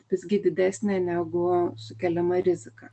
visgi didesnė negu sukeliama rizika